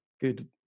good